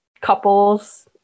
couples